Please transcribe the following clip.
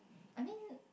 I mean